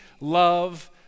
love